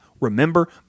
remember